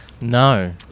no